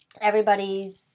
Everybody's